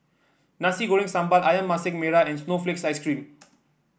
Nasi Goreng Sambal ayam Masak Merah and Snowflake Ice cream